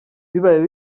bibaye